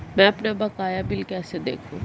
मैं अपना बकाया बिल कैसे देखूं?